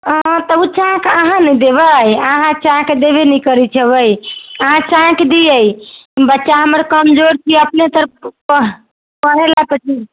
हँ तऽ ओ चाक अहाँ ने देबै अहाँ चाक देबे नहि करैत छियै अहाँ चाक दियै बच्चा हमर कमजोर छियै अपने तऽ पढ़ पढ़ै लय कखन